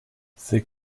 ses